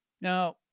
Now